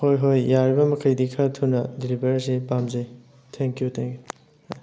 ꯍꯣꯏ ꯍꯣꯏ ꯌꯥꯔꯤꯕ ꯃꯈꯩꯗꯤ ꯈꯔ ꯊꯨꯅ ꯗꯤꯂꯤꯚꯔꯁꯦ ꯄꯥꯝꯖꯩ ꯊꯦꯡ ꯀ꯭ꯌꯨ ꯊꯦꯡ ꯀ꯭ꯌꯨ